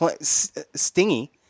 stingy